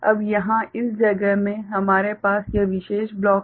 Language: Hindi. अब यहाँ इस जगह में हमारे पास यह विशेष ब्लॉक हैं